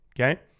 Okay